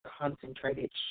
concentrated